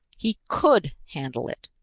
he could handle it.